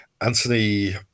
anthony